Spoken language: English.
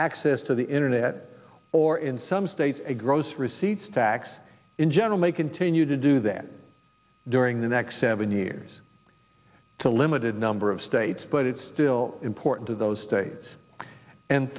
access to the internet or in some states a gross receipts tax in general may continue to do that during the next seven years to limited number of states but it's still important to those states and